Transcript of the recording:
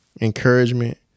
encouragement